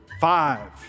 Five